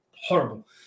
Horrible